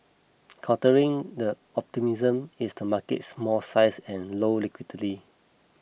countering the optimism is the market's small size and low liquidity